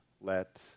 let